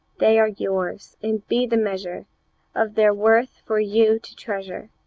they are yours, and be the measure of their worth for you to treasure,